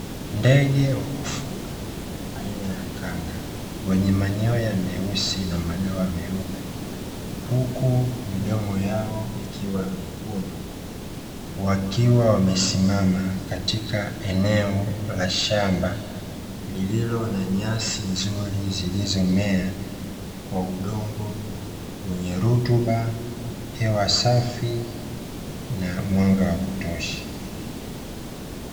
Ndege wa kufuga aina ya kanga wenye manyoya meusi na madoa meupe huku midomo yao ikiwa myekundu. Wakiwa wamesimama katika eneo la shamba lililo na nyasi nzuri zilizomea kwa udongo wenye rutuba, hewa safi na mwanga wa kutosha.